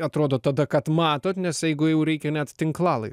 atrodo tada kad matot nes jeigu jau reikia net tinklalaidės